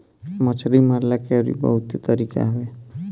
मछरी मारला के अउरी बहुते तरीका हवे